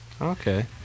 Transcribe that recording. Okay